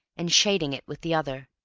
and shading it with the other,